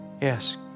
Yes